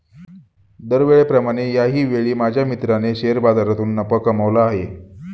दरवेळेप्रमाणे याही वेळी माझ्या मित्राने शेअर बाजारातून नफा कमावला आहे